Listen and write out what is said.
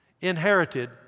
inherited